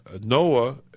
Noah